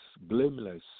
blameless